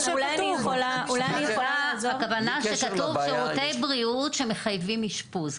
הכוונה שכתוב שירותי בריאות שמחייבים אשפוז.